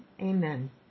Amen